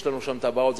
יש לנו שם תב"עות.